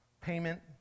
payment